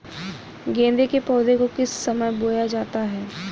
गेंदे के पौधे को किस समय बोया जाता है?